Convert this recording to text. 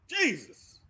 Jesus